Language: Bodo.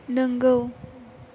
नोंगौ